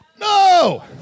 no